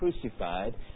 crucified